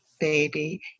baby